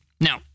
now